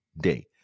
day